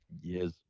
Yes